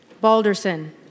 Balderson